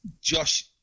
Josh